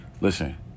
listen